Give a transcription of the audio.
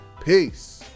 Peace